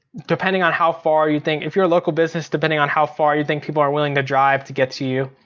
depending on how far you think, if you're a local business, depending on how far you think people are willing to drive to get to you.